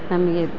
ನಮಗೆ